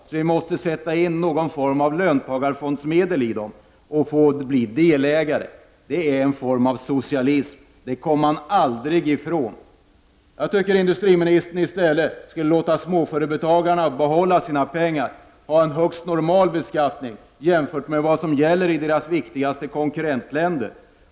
Därefter sätter man in någon form av löntagarfondsmedel i dessa företag och blir på så sätt delägare. Det går inte att komma ifrån att det är en form av socialism. Jag tycker i stället att industriministern skall låta småföretagarna behålla sina pengar och beskattas normalt, dvs. i nivå med beskattningen i de viktigaste konkurrentländerna.